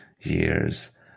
years